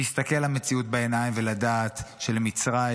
להסתכל למציאות בעיניים ולדעת שאין מצב שבמצרים